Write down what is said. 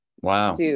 Wow